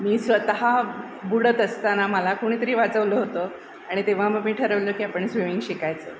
मी स्वतः बुडत असताना मला कोणीतरी वाचवलं होतं आणि तेव्हा मग मी ठरवलं की आपण स्विमिंग शिकायचं